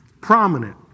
Prominent